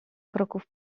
kroków